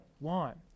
want